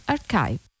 Archive